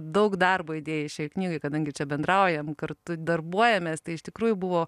daug darbo įdėjai šiai knygai kadangi čia bendraujam kartu darbuojamės tai iš tikrųjų buvo